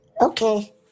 Okay